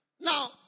now